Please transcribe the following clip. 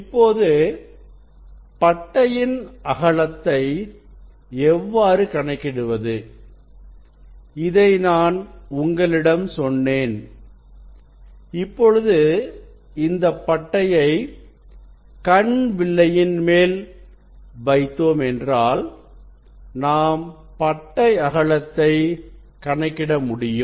இப்போது பட்டையின் அகலத்தை எவ்வாறு கணக்கிடுவது இதை நான் உங்களிடம் சொன்னேன் இப்பொழுது இந்தப் பட்டையை கண் வில்லையின் மேல் வைத்தோம் என்றால் நாம் பட்டை அகலத்தை கணக்கிட முடியும்